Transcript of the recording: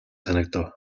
санагдав